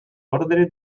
ordre